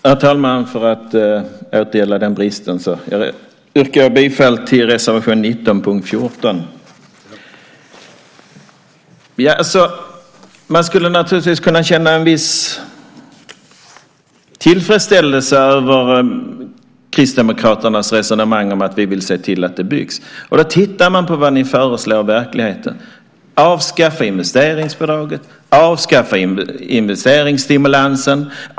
Herr talman! Eftersom jag glömde det yrkar jag bifall till reservation 19 under punkt 14. Man skulle naturligtvis kunna känna en viss tillfredsställelse över Kristdemokraternas resonemang om att ni vill se till att det byggs. Men då tittar man på vad ni föreslår i verkligheten: Avskaffa investeringsbidraget! Avskaffa investeringsstimulansen!